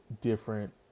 different